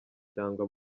cyangwa